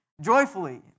joyfully